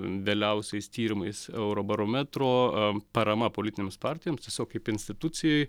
vėliausiais tyrimais eurobarometro parama politinėms partijoms tiesiog kaip institucijai